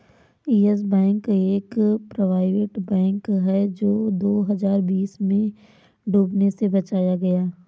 yes Bank एक private bank है जो दो हज़ार बीस में डूबने से बचाया गया